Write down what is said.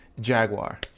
Jaguar